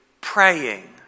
praying